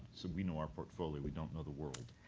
so we know our portfolio. we don't know the world.